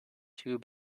two